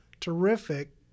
terrific